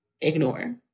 ignore